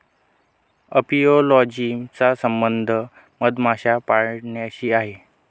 apiology चा संबंध मधमाशा पाळण्याशी आहे